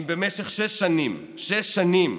אם במשך שש שנים, שש שנים,